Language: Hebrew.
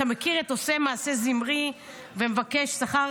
אתה מכיר את "עושה מעשה זמרי ומבקש שכר